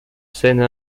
scènes